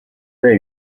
对于